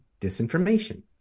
disinformation